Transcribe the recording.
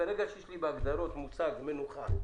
ברגע שיש לי בהגדרות מושג מנוחה,